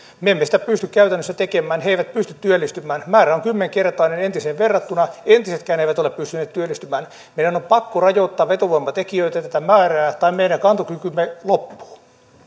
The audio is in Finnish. me emme sitä pysty käytännössä tekemään he eivät pysty työllistymään määrä on kymmenkertainen entiseen verrattuna entisetkään eivät ole pystyneet työllistymään meidän on pakko rajoittaa vetovoimatekijöitä ja tätä määrää tai meidän kantokykymme loppuu jatketaan